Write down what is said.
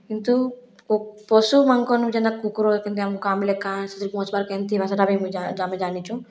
କିନ୍ତୁ ପଶୁମାନଙ୍କରନୁ ଯେନ୍ତା କୁକୁର କେନ୍ତି ଆମୁକୁ କାମୁଡ଼ିଲେ କାଁ ସେଥିରୁ ବଞ୍ଚିବାର୍ କେମତି ହେବ ସେଇଟା ବି ମୁଇଁ ଆମେ ଜାନିଛୁଁ